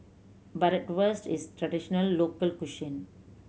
bratwurst is a traditional local cuisine